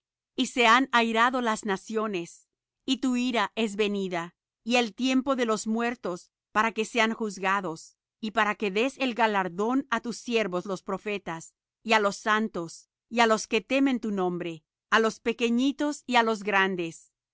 y se han airado las naciones y tu ira es venida y el tiempo de los muertos para que sean juzgados y para que des el galardón á tus siervos los profetas y á los santos y á los que temen tu nombre á los pequeñitos y á los grandes